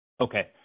Okay